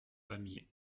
pamiers